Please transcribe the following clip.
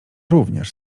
również